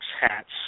hats